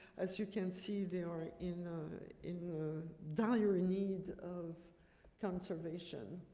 as you can see, they are in in dire ah need of conservation.